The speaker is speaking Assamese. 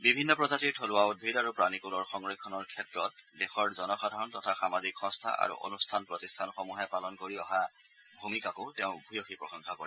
বিভিন্ন প্ৰজাতিৰ থলুৱা উদ্ভিদ আৰু প্ৰাণীকুলৰ সংৰক্ষণৰ ক্ষেত্ৰত দেশৰ জনসাধাৰণৰ সামাজিক সংস্থা আৰু অনুষ্ঠান প্ৰতিষ্ঠানসমূহে পালন কৰি অহা ভূমিকাকো তেওঁ ভূয়সী প্ৰশংসা কৰে